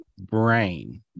brain